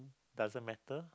doesn't matter